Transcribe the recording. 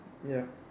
ya